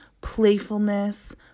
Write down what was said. Playfulness